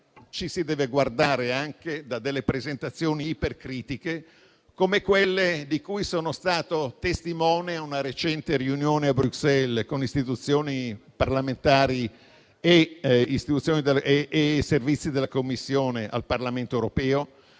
Ci si deve guardare anche da delle presentazioni ipercritiche, come quelle di cui sono stato testimone in una recente riunione a Bruxelles con istituzioni parlamentari e servizi della Commissione al Parlamento europeo,